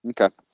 Okay